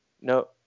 No